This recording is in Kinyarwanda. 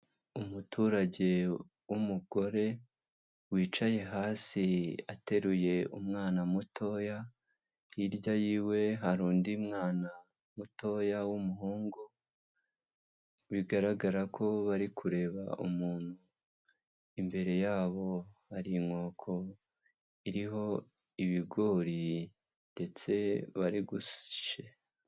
Umuturage w'umugore, wicaye hasi ateruye umwana mutoya, hirya y'iwe hari undi mwana mutoya w'umuhungu. Bigaragara ko bari kureba umuntu, imbere yabo hari inkoko iriho ibigori ndetse bari gushe.